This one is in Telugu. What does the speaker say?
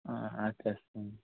తెస్తాం